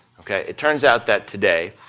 ok, it turns out that today,